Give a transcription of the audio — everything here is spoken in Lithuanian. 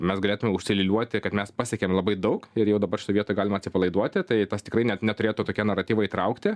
mes galėtume užsiliūliuoti kad mes pasiekėm labai daug ir jau dabar šitoj vietoj galim atsipalaiduoti tai tas tikrai net neturėtų tokie naratyvai traukti